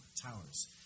Towers